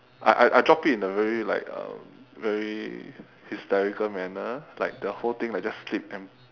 I I I dropped it in a very like um very hysterical manner like the whole thing like just slipped and